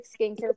skincare